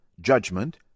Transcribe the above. judgment